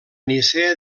nicea